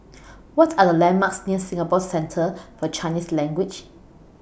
What Are The landmarks near Singapore Centre For Chinese Language